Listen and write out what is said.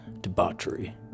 debauchery